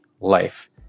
life